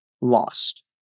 lost